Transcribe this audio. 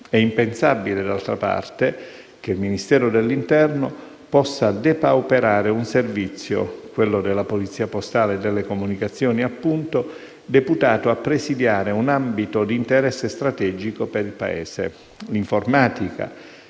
È impensabile, d'altra parte, che il Ministero dell'interno possa depauperare un servizio, quello della Polizia postale e delle comunicazioni appunto, deputato a presidiare un ambito di interesse strategico per il Paese. L'informatica